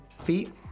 feet